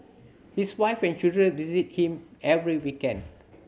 his wife and children visit him every weekend